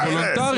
זה וולונטרי.